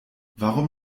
warum